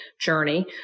journey